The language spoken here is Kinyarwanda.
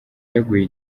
yaguye